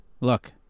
look